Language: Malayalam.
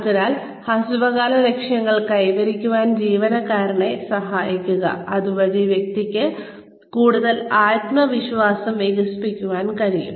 അതിനാൽ ഹ്രസ്വകാല ലക്ഷ്യങ്ങൾ കൈവരിക്കുവാൻ ജീവനക്കാരെ സഹായിക്കുക അതുവഴി വ്യക്തിക്ക് കൂടുതൽ ആത്മവിശ്വാസം വികസിപ്പിക്കാൻ കഴിയും